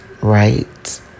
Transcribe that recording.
right